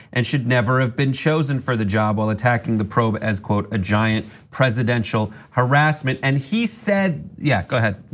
and should never have been chosen for the job while attacking the probe as quote, a giant presidential harassment and he said. yeah, go ahead.